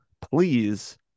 please